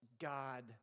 God